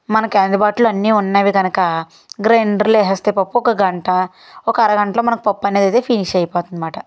మనకు అందుబాటులో అన్నీ ఉన్నవి కనుక గ్రైండర్లో వేసేస్తే పప్పు ఒక గంట ఒక అరగంటలో మనకు పప్పు అనేది ఫినిష్ అయిపోతుందిమాట